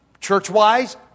church-wise